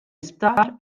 isptar